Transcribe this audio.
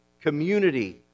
community